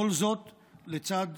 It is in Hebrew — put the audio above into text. כל זאת לצד